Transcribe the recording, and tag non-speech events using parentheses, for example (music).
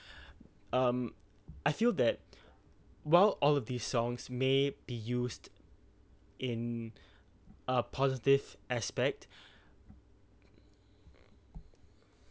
(breath) um I feel that (breath) while all of these songs may be used in (breath) a positive aspect (breath)